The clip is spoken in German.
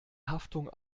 haftung